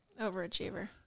Overachiever